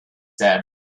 said